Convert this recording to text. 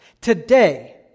Today